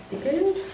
stickers